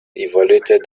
evaluated